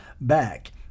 back